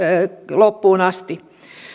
loppuun asti